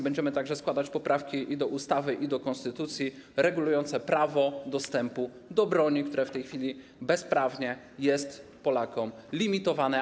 Będziemy także składać poprawki do ustawy i do konstytucji regulujące prawo dostępu do broni, które w tej chwili jest bezprawnie Polakom limitowane.